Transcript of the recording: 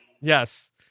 Yes